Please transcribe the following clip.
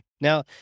now